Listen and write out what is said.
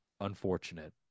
unfortunate